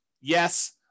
Yes